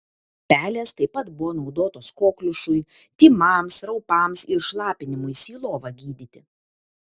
pelės taip pat buvo naudotos kokliušui tymams raupams ir šlapinimuisi į lovą gydyti